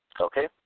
Okay